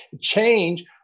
change